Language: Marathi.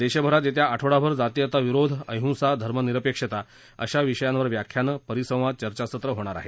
देशभरात येत्या आठवडाभर जातीयता विरोध अहिंसा धर्मनिरपेक्षता अशा विषयांवर व्याख्यानं परिसंवाद चर्चासत्र होणार आहेत